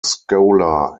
scholar